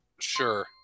Sure